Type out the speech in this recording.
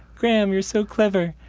graham you're so clever.